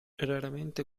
raramente